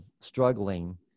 struggling